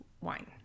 wine